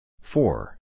Four